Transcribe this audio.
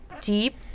deep